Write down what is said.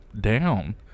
down